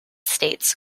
states